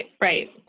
Right